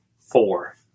four